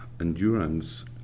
endurance